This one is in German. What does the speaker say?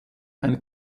eine